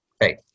hey